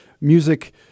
music